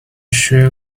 sure